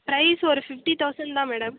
price ஒரு fifty thousand தான் madam